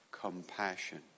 compassion